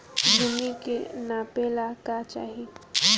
भूमि के नापेला का चाही?